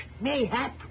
mayhap